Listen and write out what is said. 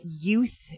youth